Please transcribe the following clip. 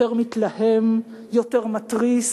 יותר מתלהם, יותר מתריס,